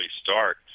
start